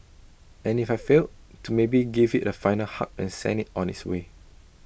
and if I failed to maybe give IT A final hug and send IT on its way